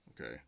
Okay